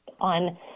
on